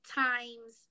times